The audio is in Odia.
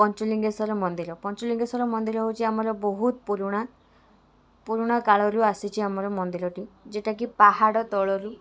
ପଞ୍ଚଲିଙ୍ଗେଶ୍ୱର ମନ୍ଦିର ପଞ୍ଚଲିଙ୍ଗେଶ୍ୱର ମନ୍ଦିର ହେଉଛି ଆମର ବହୁତ ପୁରୁଣା ପୁରୁଣା କାଳରୁ ଆସିଛି ଆମର ମନ୍ଦିରଟି ଯେଉଁଟାକି ପାହାଡ଼ ତଳରୁ